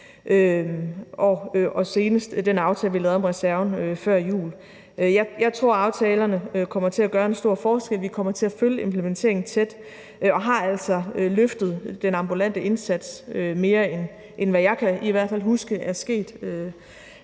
og senest den aftale, vi lavede om reserven, før jul. Jeg tror, aftalerne kommer til at gøre en stor forskel, vi kommer til at følge implementeringen tæt og har altså løftet den ambulante indsats mere, end hvad jeg i hvert